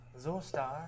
Zorstar